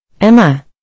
Emma